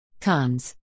Cons